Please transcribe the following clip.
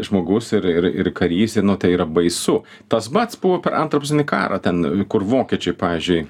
žmogus ir ir ir karys nu tai yra baisu tas pats buvo per antrą pasaulinį karą ten kur vokiečiai pavyzdžiui